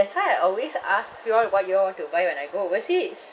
that's why I always ask you all what you all want to buy when I go overseas